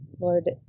Lord